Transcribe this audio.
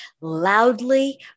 loudly